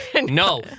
No